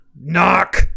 knock